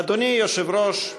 אדוני היושב-ראש,